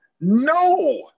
no